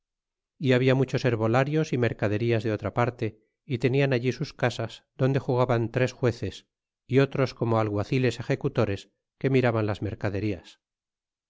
é había muchos herbolarios y mercaderías de otra manera y tenían allí sus casas donde juzgaban tres jueces y otros como alguaciles executores que miraban las mercaderías